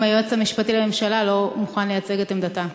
אם היועץ המשפטי לממשלה לא מוכן לייצג את עמדתה,